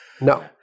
no